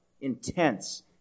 intense